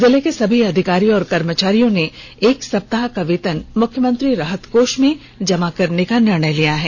जिले को सभी अधिकारी और कर्मचारियों ने एक सप्ताह का वेतन मुख्यमंत्री राहत कोष में जमा करने का निर्णय लिया है